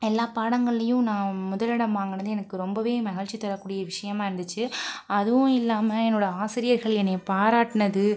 எல்லா பாடங்களையும் நான் முதலிடம் வாங்குனது எனக்கு ரொம்பவே மகிழ்ச்சி தரக்கூடிய விஷியமாக இருந்துச்சு அதுவும் இல்லாமல் என்னோடய ஆசிரியர்கள் என்னை பாராட்டினது